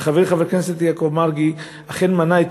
חברי חבר הכנסת יעקב מרגי אכן מנה את